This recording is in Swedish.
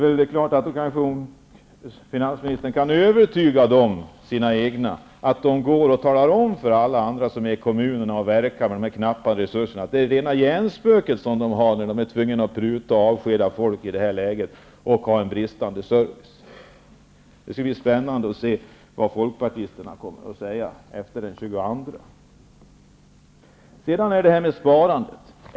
Finanministern kanske kan övertyga sina egna, så att de talar om för alla andra som verkar i kommunerna med dessa knappa resurser, att det är rena hjärnspöken de har när de ser sig tvungna att pruta, avskeda människor och ha en bristande service. Det skall bli spännande att se vad folkpartisterna kommer att säga efter den 22 mars. Sedan är det frågan om sparandet.